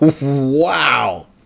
Wow